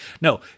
No